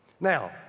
Now